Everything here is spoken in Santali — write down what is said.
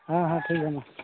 ᱦᱮᱸ ᱦᱮᱸ ᱴᱷᱤᱠ ᱜᱮᱭᱟ ᱢᱟ